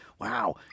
wow